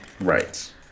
Right